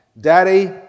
Daddy